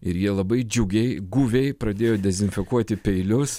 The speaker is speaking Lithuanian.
ir jie labai džiugiai guviai pradėjo dezinfekuoti peilius